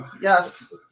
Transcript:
Yes